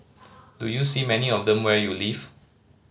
do you see many of them where you live